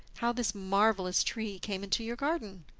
how this marvellous tree came into your garden?